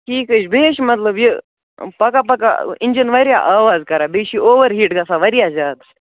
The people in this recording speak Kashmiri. ٹھیٖک حظ چھُ بیٚیہِ حظ چھِ مطلب یہِ پَکان پَکان اِنجَن واریاہ آواز کَران بیٚیہِ چھِ یہِ اوٚوَر ہیٖٹ گژھان واریاہ زیادٕ